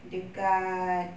dekat